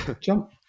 Jump